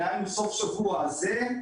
דהיינו בסוף השבוע הזה.